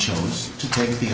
chose to take the